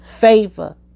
favor